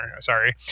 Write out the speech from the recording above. Sorry